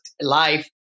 life